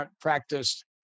practiced